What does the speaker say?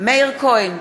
מאיר כהן,